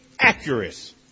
accurate